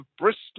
Bristol